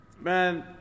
Man